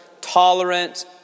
tolerant